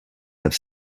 have